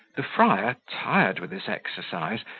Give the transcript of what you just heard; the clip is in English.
the friar, tired with this exercise,